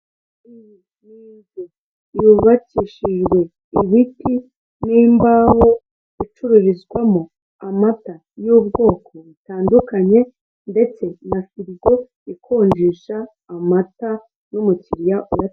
Iyi ni inzu yubakishijwe ibiti n'imbaho icururizwamo amata y'ubwoko butandukanye ndetse na firigo ikonjesha amata y'umukiriya.